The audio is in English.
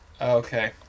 okay